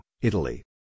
Italy